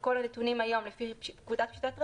כל הנתונים היום לפי פקודת פשיטת רגל,